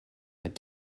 that